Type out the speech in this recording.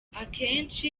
akenshi